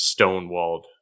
stonewalled